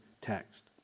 text